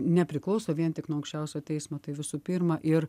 nepriklauso vien tik nuo aukščiausio teismo tai visų pirma ir